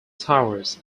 towers